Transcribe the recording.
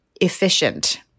efficient